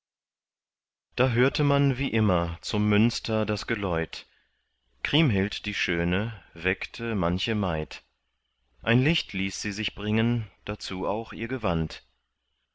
da hörte man wie immer zum münster das geläut kriemhild die schöne weckte manche maid ein licht ließ sie sich bringen dazu auch ihr gewand